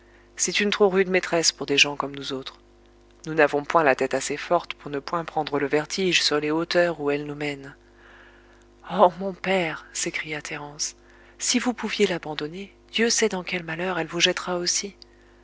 c'est une trop rude maîtresse pour des gens comme nous autres nous n'avons point la tête assez forte pour ne point prendre le vertige sur les hauteurs où elle nous mène oh mon père s'écria thérence si vous pouviez l'abandonner dieu sait dans quels malheurs elle vous jettera aussi